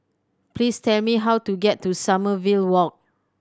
please tell me how to get to Sommerville Walk